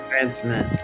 Transmit